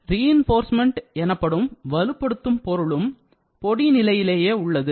reinforcement எனப்படும் வலுப்படுத்தும் பொருளும் பொடி நிலையிலேயே உள்ளது